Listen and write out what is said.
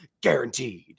Guaranteed